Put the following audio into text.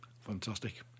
Fantastic